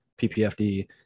PPFD